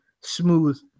smooth